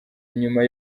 nyuma